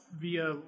Via